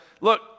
look